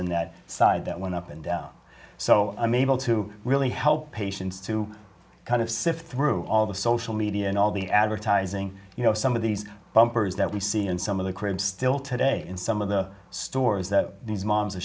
and that side that went up and down so i'm able to really help patients to kind of sift through all the social media and all the advertising you know some of these bumpers that we see in some of the cribs still today in some of the stores that these moms a